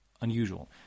unusual